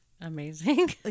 amazing